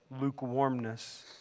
lukewarmness